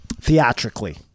theatrically